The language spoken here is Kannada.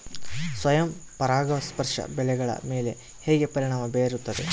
ಸ್ವಯಂ ಪರಾಗಸ್ಪರ್ಶ ಬೆಳೆಗಳ ಮೇಲೆ ಹೇಗೆ ಪರಿಣಾಮ ಬೇರುತ್ತದೆ?